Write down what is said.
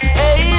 hey